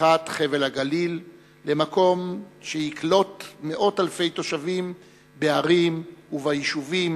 הפיכת חבל הגליל למקום שיקלוט מאות אלפי תושבים בערים וביישובים,